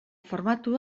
formatu